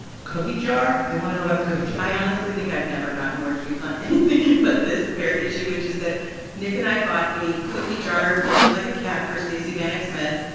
cookie jar. they want to know about the cookie jar i honestly think i've never gotten more tweets on anything you know but very issue, which is that nick and i bought a cookie jar that looked like a cat for stacey vanek smith.